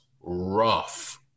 rough